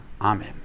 Amen